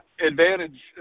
Advantage